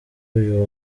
uyu